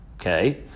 Okay